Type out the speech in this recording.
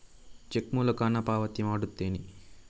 check ಮೂಲಕ ಹಣ ಪಾವತಿ ಮಾಡುತ್ತೇನೆ